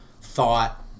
thought